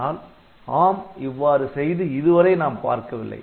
ஆனால் ARM இவ்வாறு செய்து இதுவரை நாம் பார்க்கவில்லை